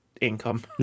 income